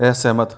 असहमत